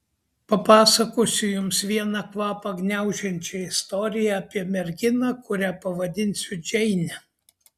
papasakosiu jums vieną kvapą gniaužiančią istoriją apie merginą kurią pavadinsiu džeine